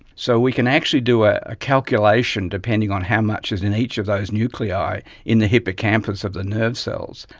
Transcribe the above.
so we can actually do a calculation depending on how much is in each of those nuclei in the hippocampus of the nerve cells,